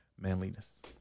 manliness